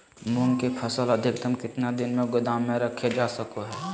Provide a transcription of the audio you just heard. मूंग की फसल अधिकतम कितना दिन गोदाम में रखे जा सको हय?